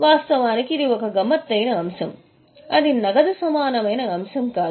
వాస్తవానికి ఇది ఒక గమ్మత్తైన అంశం అది నగదు సమానమైన అంశం కాదు